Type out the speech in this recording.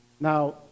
Now